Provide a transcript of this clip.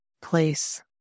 place